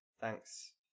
Thanks